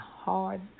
hard